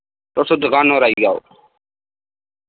तुस दुकाना पर आई जाओ